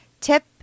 Tip